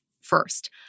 first